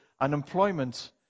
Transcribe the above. unemployment